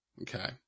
Okay